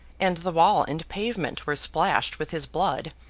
and the wall and pavement were splashed with his blood,